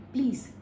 Please